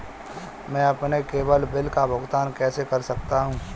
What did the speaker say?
मैं अपने केवल बिल का भुगतान कैसे कर सकता हूँ?